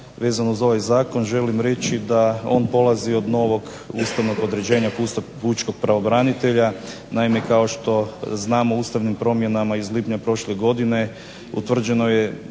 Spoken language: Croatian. vezano uz ovaj zakon želim reći da on polazi od novog ustavnog određenja pučkog pravobranitelja. Naime kao što znamo ustavnim promjenama iz lipnja prošle godine utvrđeno je